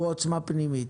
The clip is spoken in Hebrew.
הוא עוצמה פנימית.